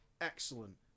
excellent